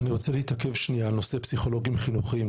אני רוצה להתעכב שנייה על הנושא של פסיכולוגים חינוכיים,